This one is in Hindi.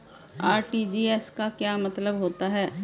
आर.टी.जी.एस का क्या मतलब होता है?